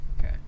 Okay